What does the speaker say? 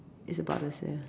it's about the same